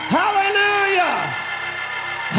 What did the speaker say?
hallelujah